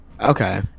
Okay